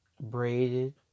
braided